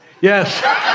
Yes